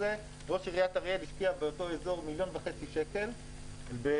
עיריית אריאל השקיע באותו אזור מיליון וחצי שקל בתשתיות,